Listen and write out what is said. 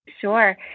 Sure